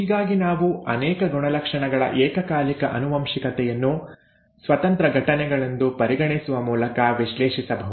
ಹೀಗಾಗಿ ನಾವು ಅನೇಕ ಗುಣಲಕ್ಷಣಗಳ ಏಕಕಾಲಿಕ ಆನುವಂಶಿಕತೆಯನ್ನು ಸ್ವತಂತ್ರ ಘಟನೆಗಳೆಂದು ಪರಿಗಣಿಸುವ ಮೂಲಕ ವಿಶ್ಲೇಷಿಸಬಹುದು